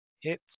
hits